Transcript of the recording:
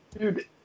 Dude